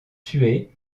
tués